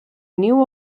new